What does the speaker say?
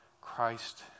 Christ